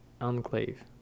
enclave